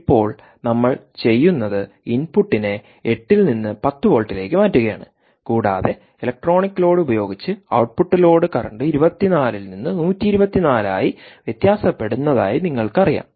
ഇപ്പോൾ നമ്മൾ ചെയ്യുന്നത് ഇൻപുട്ടിനെ 8 ൽ നിന്ന് 10 വോൾട്ടിലേക്ക് മാറ്റുകയാണ് കൂടാതെ ഇലക്ട്രോണിക് ലോഡ് ഉപയോഗിച്ച് ഔട്ട്പുട്ട് ലോഡ് കറന്റ് 24ൽ നിന്ന് 124 ആയി വ്യത്യാസപ്പെടുന്നതായി നിങ്ങൾക്കറിയാം